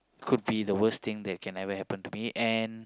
could be the worst thing that could ever happen to me and